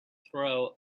throw